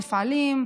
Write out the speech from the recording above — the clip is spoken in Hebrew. מפעלים?